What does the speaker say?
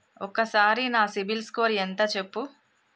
ఒక్కసారి నా సిబిల్ స్కోర్ ఎంత చెప్పు?